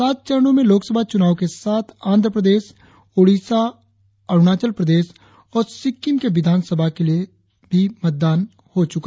सात चरणो में लोकसभा चुनाव के साथ आंध्र प्रदेश ओडिशा अरुणाचल प्रदेश और सिक्किम के विधानसभा चुनाव के लिए भी मतदान हुआ